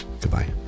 Goodbye